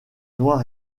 noir